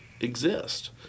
exist